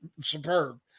superb